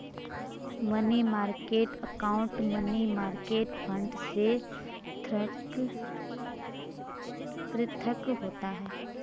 money market account money market fund से पृथक होता है